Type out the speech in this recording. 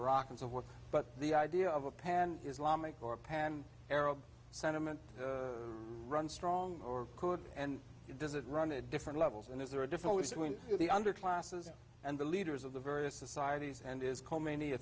iraq and so forth but the idea of a pan islamic or pan arab sentiment runs strong or could and does it run a different levels and if there are difficulties between the underclasses and the leaders of the various societies and is khomeini a